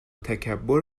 تکبر